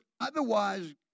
otherwise